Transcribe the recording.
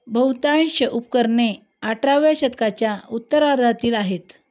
बहुतांश उपकरणे अठराव्या शतकाच्या उत्तरार्धातील आहेत